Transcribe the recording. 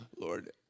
Lord